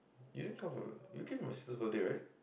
you didn't come for you came to my sister's birthday right